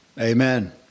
Amen